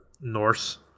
Norse